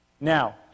Now